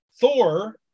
Thor